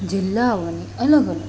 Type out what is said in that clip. જિલ્લાઓની અલગ અલગ